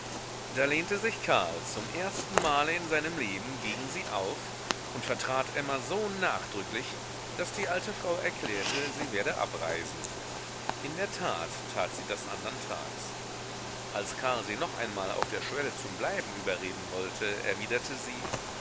da lehnte sich karl zum ersten male in seinem leben gegen sie auf und vertrat emma so nachdrücklich daß die alte frau erklärte sie werde abreisen in der tat tat sie das andern tags als karl sie noch einmal auf der schwelle zum bleiben überreden wollte erwiderte sie